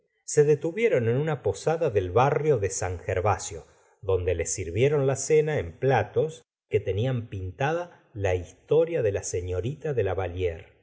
se detuvieron en una posada del barrio de san gervasio donde les sirvieron la cena en platos que tenían pintada la historia de la señorita de la valliere